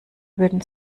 würden